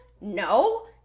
No